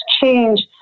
change